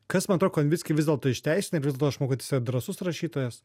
kas man atrodo konvickį vis dėlto išteisina ir vis dėlto aš manau kad jis yra drąsus rašytojas